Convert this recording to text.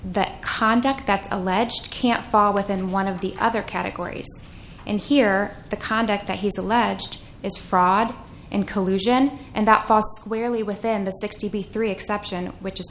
that conduct that alleged can't fall within one of the other categories and here the conduct that he's alleged is fraud and collusion and that we're only within the sixty three exception which is